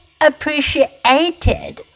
appreciated